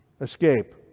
escape